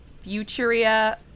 Futuria